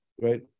right